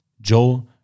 Joe